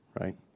right